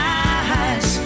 eyes